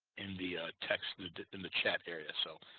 in the text and in the chat area. so,